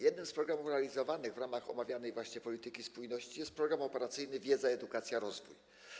Jednym z programów realizowanych w ramach omawianej właśnie polityki spójności jest Program Operacyjny „Wiedza, edukacja, rozwój”